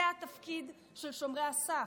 זה התפקיד של שומרי הסף.